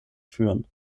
führen